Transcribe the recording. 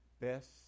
best